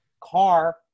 car